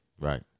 Right